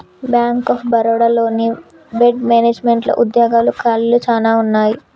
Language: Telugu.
బ్యాంక్ ఆఫ్ బరోడా లోని వెడ్ మేనేజ్మెంట్లో ఉద్యోగాల ఖాళీలు చానా ఉన్నయి